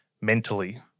mentally